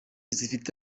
zifite